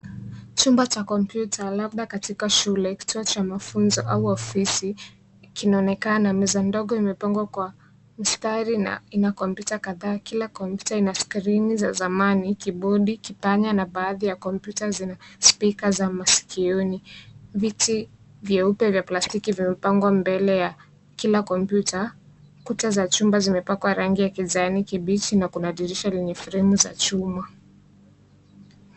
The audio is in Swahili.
Chumba cha kompyuta, labda katika shule, kituo cha mafunzo au ofisi kinaonekana. Meza ndogo imepangwa kwa mstari na ina kompyuta kadhaa. Kila kompyuta ina skrini za zamani, kibodi, kipanya na baadhi ya kompyuta zina spika za masikioni. Viti vyeupe vya plastiki vimepangwa mbele ya kila kompyuta, kuta za chumba zimepakwa rangi ya kijani kibichi na kuna dirisha lenye fremu za chuma.